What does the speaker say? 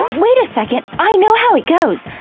wait a second, i know how it goes.